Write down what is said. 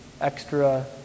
extra